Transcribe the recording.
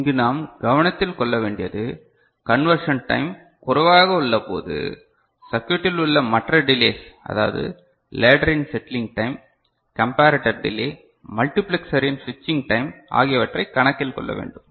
இங்கு நாம் கவனத்தில் கொள்ள வேண்டியது கண்வர்ஷன் டைம் குறைவாக உள்ள போது சர்க்யூட்டில் உள்ள மற்ற டிலேஸ் அதாவது லேடர் இன் செட்டிலிங் டைம் கம்பரட்டர் டிலே மல்டிபிளக்ஸ்சரின் ஸ்விச்சிங் டைம் ஆகியவற்றை கணக்கில் கொள்ள வேண்டும்